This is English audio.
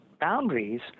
boundaries